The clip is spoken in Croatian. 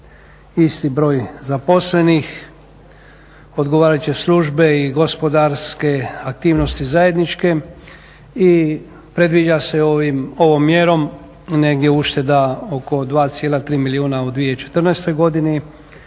isti broj zaposlenih, odgovarajuće službe i gospodarske aktivnosti zajedničke i predviđa se ovom mjerom negdje ušteda oko 2,3 milijuna u 2014. godini